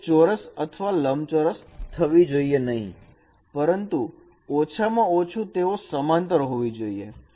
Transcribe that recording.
તે ચોરસ અથવા લંબચોરસ થવી જોઈએ નહીં પરંતુ ઓછામાં ઓછું તેઓ સમાંતર હોવી જોઈએ